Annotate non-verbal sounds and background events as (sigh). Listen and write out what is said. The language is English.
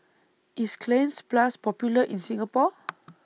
IS Cleanz Plus Popular in Singapore (noise)